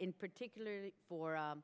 in particular for